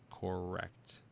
correct